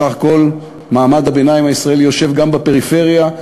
סך הכול מעמד הביניים הישראלי יושב גם בפריפריה,